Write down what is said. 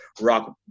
Rock